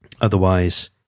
otherwise